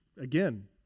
again